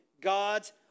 gods